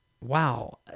wow